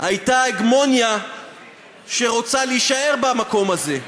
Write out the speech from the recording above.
הייתה הגמוניה שרוצה להישאר במקום הזה,